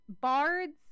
bards